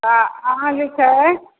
तऽ अहाँ जे छै